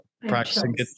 practicing